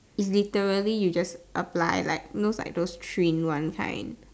literally you just apply like know those three in one kind